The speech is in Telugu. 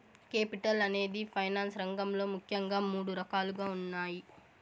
కేపిటల్ అనేది ఫైనాన్స్ రంగంలో ముఖ్యంగా మూడు రకాలుగా ఉన్నాయి